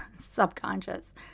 subconscious